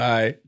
Bye